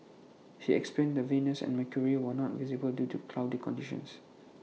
he explained that Venus and mercury were not visible due to cloudy conditions